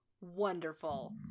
Wonderful